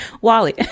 Wally